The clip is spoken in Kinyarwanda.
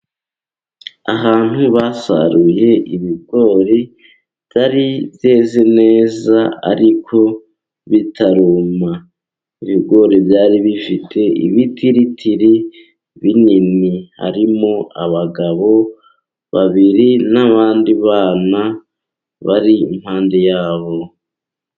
Ahantu basaruye ibigori byari byeze neza ariko bitaruma. Ibigori byari bifite ibitiritiri binini, harimo abagabo babiri n'abandi bana bari impande yabo.